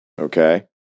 okay